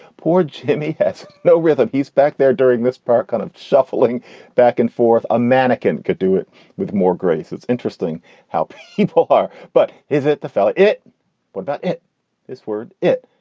poor jimmy has no rhythm. he's back there during this part kind of shuffling back and forth. a mannequin could do it with more grace. it's interesting how people are. but is it the fella? it what? but it is worth it?